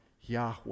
Yahweh